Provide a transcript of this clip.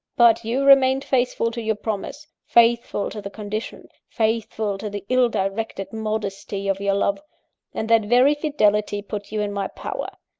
but you remained faithful to your promise, faithful to the condition, faithful to the ill-directed modesty of your love and that very fidelity put you in my power.